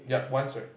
yup once right